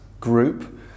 Group